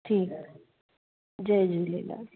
ठीकु जय झूलेलाल